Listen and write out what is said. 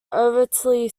overtly